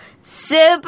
Super